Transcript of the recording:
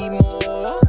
more